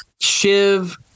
Shiv